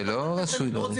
מדובר פה על